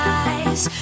eyes